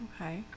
Okay